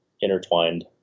intertwined